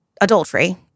adultery